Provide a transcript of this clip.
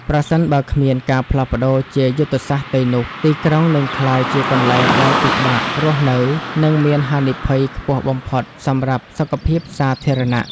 ប្រសិនបើគ្មានការផ្លាស់ប្តូរជាយុទ្ធសាស្ត្រទេនោះ ទីក្រុងនឹងក្លាយជាកន្លែងដែលពិបាករស់នៅ និងមានហានិភ័យខ្ពស់បំផុតសម្រាប់សុខភាពសាធារណៈ។